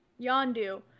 yondu